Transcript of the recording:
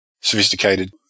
sophisticated